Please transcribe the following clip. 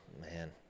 man